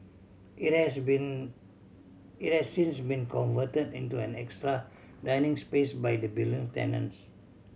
it has been it has since been converted into an extra dining space by the building tenants